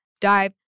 dive